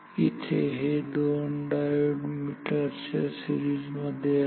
इथे हे दोन डायोड मीटरच्या सीरिजमध्ये आहेत